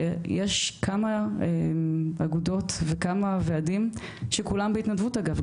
שיש כמה אגודות וכמה ועדים שכולם בהתנדבות אגב,